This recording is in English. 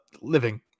living